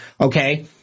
Okay